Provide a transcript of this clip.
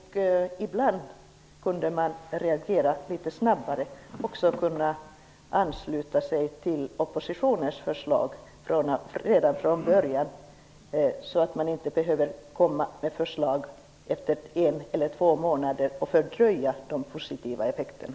Ibland borde man kunna reagera litet snabbare och ansluta sig till oppositionens förslag redan från början, så att förslaget inte behöver föras fram på nytt efter en eller två månader och fördröja de positiva effekterna.